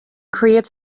creates